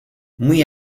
muy